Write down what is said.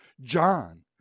John